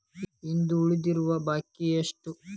ಇಂದು ಉಳಿದಿರುವ ಬಾಕಿ ಎಷ್ಟು?